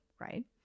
right